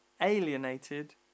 alienated